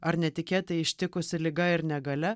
ar netikėtai ištikusi liga ir negalia